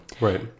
right